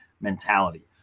mentality